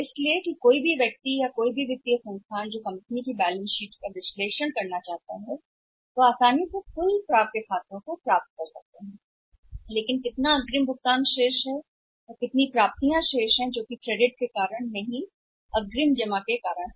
इसलिए कि कोई भी व्यक्ति या कोई भी वित्तीय संस्थान जो कंपनी की बैलेंस शीट का विश्लेषण करना चाहता है वे आसानी से कुल खातों को प्राप्त कर सकते हैं लेकिन क्रेडिट और कैसे खाते में भाग लेते हैं बहुत अग्रिम जमाओं ने शेष बना दिया है कि कैसे खाते प्राप्तियां हैं जो नहीं हैं अग्रिम जमा के कारण क्रेडिट के कारण